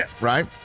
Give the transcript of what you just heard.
right